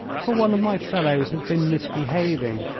for one of my fellows has been misbehaving.